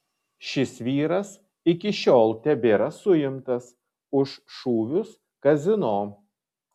šis vyras iki šiol tebėra suimtas už šūvius kazino